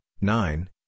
nine